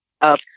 up